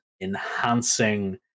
enhancing